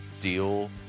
deal